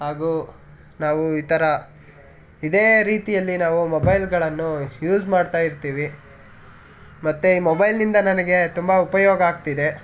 ಹಾಗೂ ನಾವು ಇತರ ಇದೇ ರೀತಿಯಲ್ಲಿ ನಾವು ಮೊಬೈಲ್ಗಳನ್ನು ಯೂಸ್ ಮಾಡ್ತಾಯಿರ್ತೀವಿ ಮತ್ತೆ ಮೊಬೈಲ್ನಿಂದ ನನಗೆ ತುಂಬ ಉಪಯೋಗ ಆಗ್ತಿದೆ